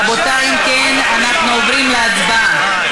רבותיי, אם כן, אנחנו עוברים להצבעה.